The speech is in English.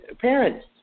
Parents